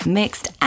mixed